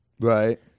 Right